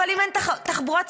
אם אין תחבורה ציבורית,